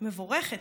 מבורכת,